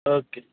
okay